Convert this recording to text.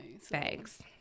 thanks